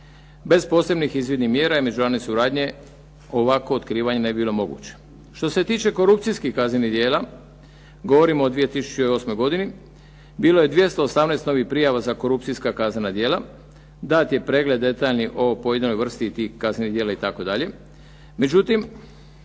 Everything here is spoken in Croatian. Bez posebnih izvidnih mjera i međunarodne suradnje ovakvo otkrivanje ne bi bilo moguće. Što se tiče korupcijskih kaznenih djela govorimo o 2008. godini, bilo je 218 novih prijava za korupcijska kaznena djela, dat je pregled detaljni o pojedinoj vrsti tih kaznenih djela itd.,